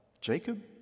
Jacob